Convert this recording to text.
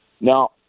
Now